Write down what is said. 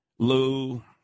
Lou